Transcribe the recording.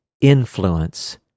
influence